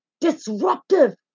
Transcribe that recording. disruptive